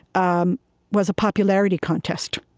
um was a popularity contest.